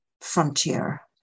frontier